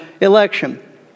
election